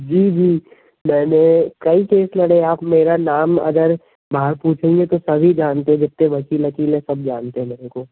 जी जी मैंने कई केस लड़े हैं आप मेरा नाम अगर बाहर पूछेंगे तो सभी जानते हैं जितने वक़ील अकिल है सब जानते हैं मेरे को